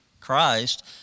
Christ